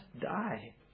die